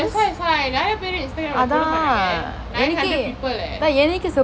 that's why that's why நிறைய பேறு:niraiya peru Instagram follow பண்ணுறாங்கே:pannurangae nine hundred people leh